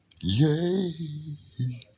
Yay